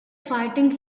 fighting